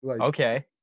Okay